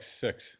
six